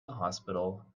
hospital